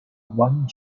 wang